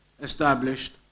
established